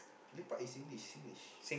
lepak is Singlish Singlish